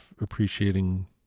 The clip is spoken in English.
appreciating